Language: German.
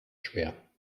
schwer